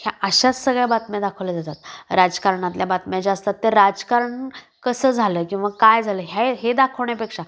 ह्या अशाच सगळ्या बातम्या दाखवल्या जातात राजकारणातल्या बातम्या ज्या असतात त्या राजकारण कसं झालं किंवा काय झालं हे हे दाखवण्यापेक्षा